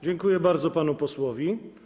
Dziękuję bardzo panu posłowi.